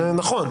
זה נכון.